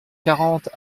quarante